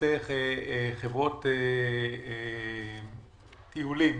בנושא חברות טיולים